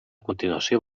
continuació